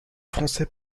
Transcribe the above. français